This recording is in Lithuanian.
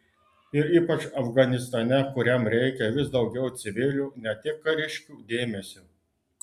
ir ypač afganistane kuriam reikia vis daugiau civilių ne tik kariškių dėmesio